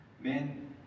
Men